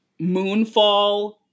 Moonfall